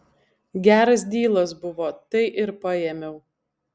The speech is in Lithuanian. geras dylas buvo tai ir paėmiau